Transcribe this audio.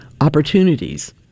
opportunities